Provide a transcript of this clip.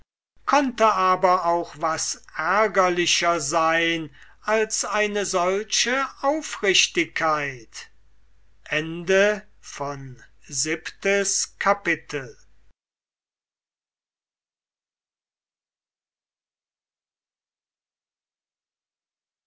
konnte aber auch was ärgerlicher sein als eine solche aufrichtigkeit achtes kapitel